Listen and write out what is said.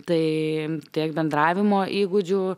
tai tiek bendravimo įgūdžių